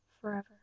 forever